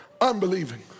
unbelieving